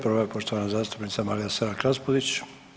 Prva je poštovana zastupnica Marija Selak-Raspudić.